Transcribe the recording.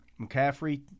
mccaffrey